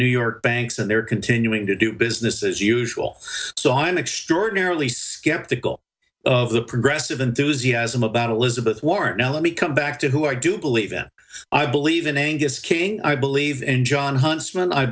new york banks and they're continuing to do business as usual so i'm extraordinarily skeptical of the progressive enthusiasm about elizabeth warren now let me come back to who i do believe in i believe in angus king i believe and john